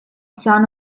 son